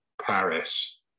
Paris